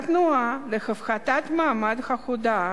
התנועה להפחתת מעמד ההודאה,